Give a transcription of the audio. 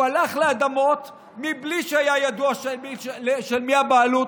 הוא הלך לאדמות בלי שהיה ידוע של מי הבעלות,